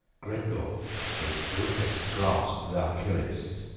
grendel in grimmest grasp thou killedst,